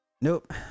Nope